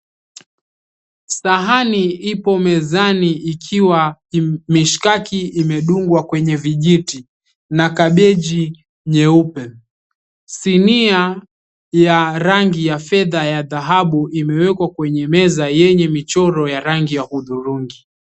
Sahani ipo mezani ikiwa mishikaki imedungwa kwenye vijiti na kabeji nyeupe. Sinia ya rangi ya fedha ya dhahabu imewekwa kwenye meza yenye michoro ya rangi ya hudhurungi.